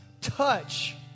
touch